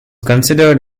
considered